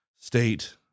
state